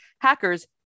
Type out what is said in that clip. Hackers